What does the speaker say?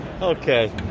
Okay